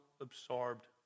absorbed